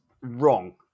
wrong